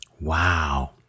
Wow